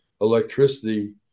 electricity